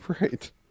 Right